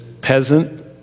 peasant